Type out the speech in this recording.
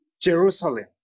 Jerusalem